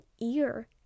ear